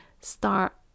start